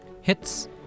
Hits